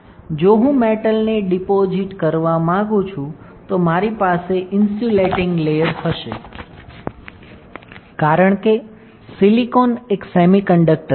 જો હું મેટલને ડિપોજિટ કરાવવા માંગું છું તો મારી પાસે ઇન્સ્યુલેટીંગ લેયર હશે કારણ કે સિલિકોન એક સેમિકન્ડક્ટર છે